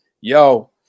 yo